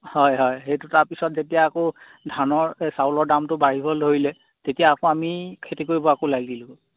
হয় হয় সেইটো তাৰপিছত যেতিয়া আকৌ ধানৰ এই চাউলৰ দামটো বাঢ়িবলৈ ধৰিলে তেতিয়া আকৌ আমি খেতি কৰিব আকৌ লাগিলোঁ